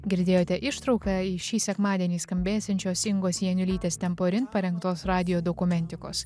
girdėjote ištrauką iš šį sekmadienį skambėsiančios ingos janiulytės temporin parengtos radijo dokumentikos